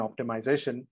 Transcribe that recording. optimization